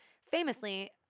famously